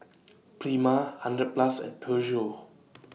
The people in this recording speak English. Prima hundred Plus and Peugeot